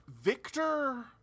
Victor